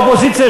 האופוזיציה,